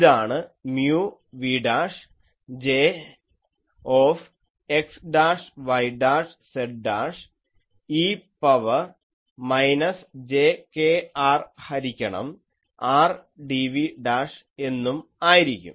ഇതാണ് mu v' Jx'y'z' e power minus j kR ഹരിക്കണം R dv' എന്നും ആയിരിക്കും